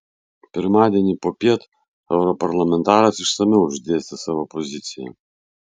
pirmadienį popiet europarlamentaras išsamiau išdėstė savo poziciją